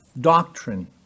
doctrine